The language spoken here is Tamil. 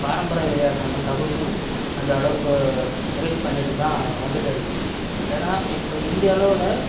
பாரம்பரிய விளையாட்டான கபடியும் அந்த அளவுக்கு ரீச் பண்ணிகிட்டு தான் வந்துகிட்டுருக்கு ஏன்னால் இப்போ இந்திய அளவில்